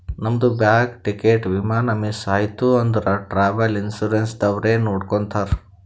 ನಮ್ದು bag, ticket, ವಿಮಾನ miss ಐಯ್ತ ಅಂದುರ್ ಟ್ರಾವೆಲ್ ಇನ್ಸೂರೆನ್ಸ್ ದವ್ರೆ ನೋಡ್ಕೊತ್ತಾರ್